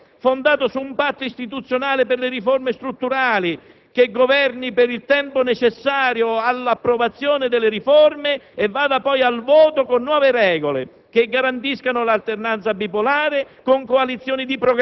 Occorre un Governo di responsabilità pubblica fondato su un patto istituzionale per le riforme strutturali, che governi per il tempo necessario all'approvazione delle riforme e vada poi al voto con nuove regole,